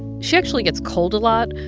she actually gets cold a lot.